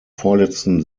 vorletzten